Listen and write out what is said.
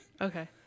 Okay